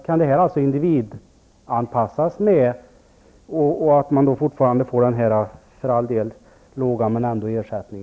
Kan det här individanpassas samtidigt som man får denna, för all del låga men ändock, ersättning?